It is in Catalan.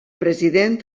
president